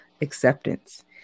acceptance